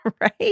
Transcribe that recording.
right